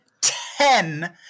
Ten